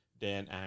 Dan